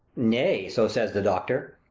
nay, so says the doctor.